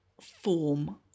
form